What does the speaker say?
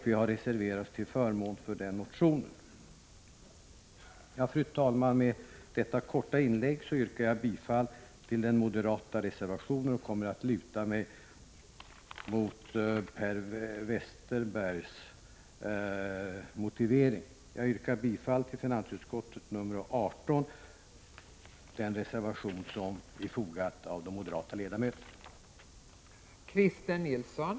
Vi har reserverat oss till förmån för motionen. Fru talman! Med detta korta inlägg yrkar jag bifall till den moderata reservationen i finansutskottets betänkande 18. I övrigt stöder jag mig på Per Westerbergs kommande motivering.